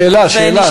שאלה, שאלה.